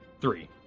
three